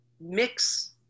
mix